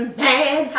man